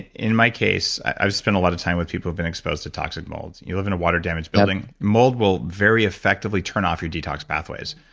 in my case, i just spend a lot of time with people who've been exposed to toxic molds. you live in a water damaged building, mold will very effectively turn off your detox pathways,